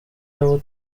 abo